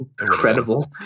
Incredible